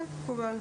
מקובל.